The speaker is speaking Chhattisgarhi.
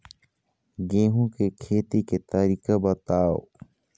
गेहूं के खेती के तरीका बताव?